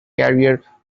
career